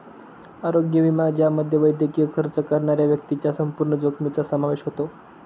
आरोग्य विमा ज्यामध्ये वैद्यकीय खर्च करणाऱ्या व्यक्तीच्या संपूर्ण जोखमीचा समावेश होतो